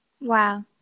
Wow